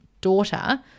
daughter